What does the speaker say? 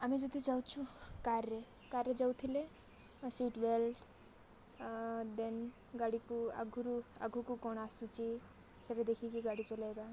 ଆମେ ଯଦି ଯାଉଛୁ କାରରେ କାରରେ ଯାଉଥିଲେ ସିଟ ବେଲ୍ଟ ଦେନ ଗାଡ଼ିକୁ ଆଗରୁ ଆଗକୁ କ'ଣ ଆସୁଛି ସେଇଟା ଦେଖିକି ଗାଡ଼ି ଚଲେଇବା